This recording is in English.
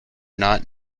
not